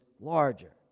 larger